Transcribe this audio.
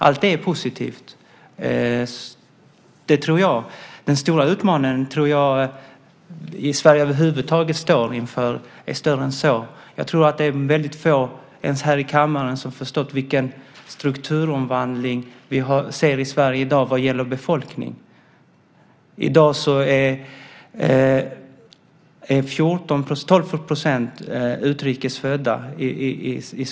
Allt det är positivt. Den stora utmaning som vi står inför i Sverige över huvud taget är större än så. Jag tror att det är väldigt få, till och med här i kammaren, som har förstått vilken strukturomvandling vi ser i Sverige i dag vad gäller befolkning. I dag är 12 % i Sverige utrikes födda.